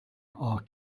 are